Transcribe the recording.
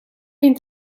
geen